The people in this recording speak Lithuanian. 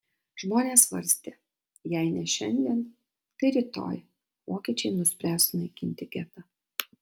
žmonės svarstė jei ne šiandien tai rytoj vokiečiai nuspręs sunaikinti getą